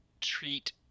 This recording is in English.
treat